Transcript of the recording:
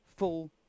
Full